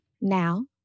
now